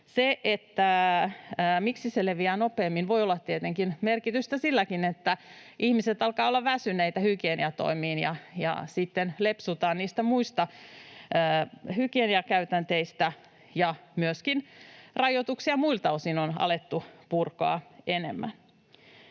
miksi se leviää nopeammin, voi olla tietenkin merkitystä silläkin, että ihmiset alkavat olla väsyneitä hygieniatoimiin ja sitten lepsutaan niistä hygieniakäytänteistä ja rajoituksia on alettu purkaa myöskin